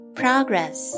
progress